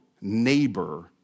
neighbor